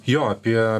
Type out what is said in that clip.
jo apie